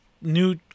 new